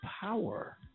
power